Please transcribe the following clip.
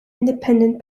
independent